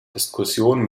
diskussion